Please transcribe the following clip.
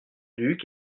duc